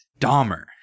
Dahmer